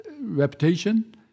reputation